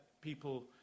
people